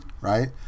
right